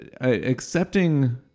accepting